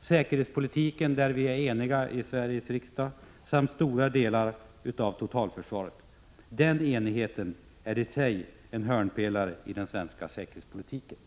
Säkerhetspolitiken är vi. eniga om i Sveriges riksdag, likaså om stora delar av totalförsvaret. Den enigheten är i sig en hörnpelare i den svenska säkerhetspolitiken.